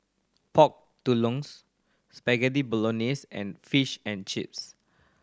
Pork Spaghetti Bolognese and Fish and Chips